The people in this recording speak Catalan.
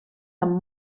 amb